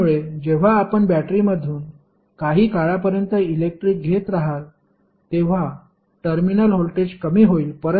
यामुळे जेव्हा आपण बॅटरीमधून काही काळापर्यंत इलेक्ट्रिक घेत रहाल तेव्हा टर्मिनल व्होल्टेज कमी होईल